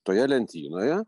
toje lentynoje